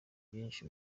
byinshi